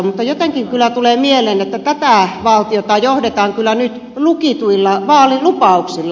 mutta jotenkin kyllä tulee mieleen että tätä valtiota johdetaan kyllä nyt lukituilla vaalilupauksilla